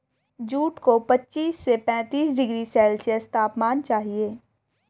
jute को पच्चीस से पैंतीस डिग्री सेल्सियस तापमान चाहिए